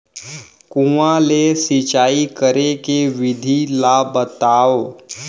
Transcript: कुआं ले सिंचाई करे के विधि ला बतावव?